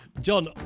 John